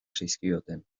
zizkioten